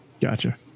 Gotcha